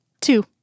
Two